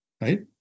right